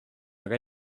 aga